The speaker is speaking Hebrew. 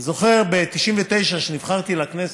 אני זוכר, ב-1999 כשנבחרתי לכנסת,